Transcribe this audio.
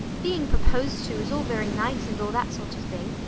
being proposed to is all very nice and all that sort of thing,